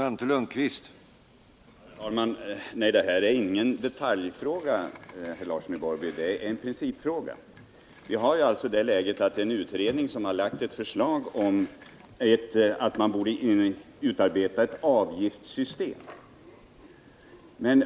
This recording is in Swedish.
Herr talman! Det här är ingen detaljfråga, Einar Larsson i Borrby; det är en principfråga. Läget är det att en utredning har lagt fram ett förslag om att man borde utarbeta ett avgiftssystem.